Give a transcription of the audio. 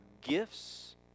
gifts